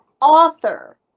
author